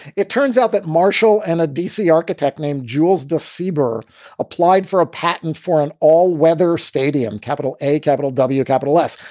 it turns out that marshall and a dc architect named jewelz december applied for a patent for an all weather stadium capital, a capital w capital s.